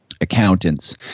accountants